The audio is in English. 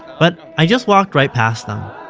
but i just walked right past them.